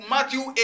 Matthew